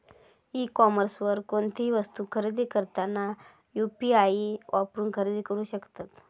E कॉमर्सवर कोणतीही वस्तू खरेदी करताना यू.पी.आई वापरून खरेदी करू शकतत